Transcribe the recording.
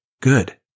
Good